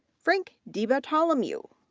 frank dibartolomeo,